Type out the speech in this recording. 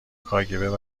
کاگب